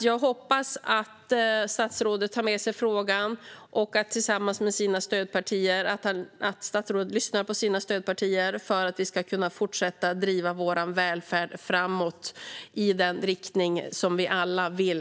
Jag hoppas att statsrådet tar med sig frågan och att statsrådet lyssnar på sina stödpartier så att vi ska kunna fortsätta att driva vår välfärd i den riktning som vi alla vill.